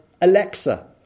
Alexa